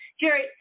Jerry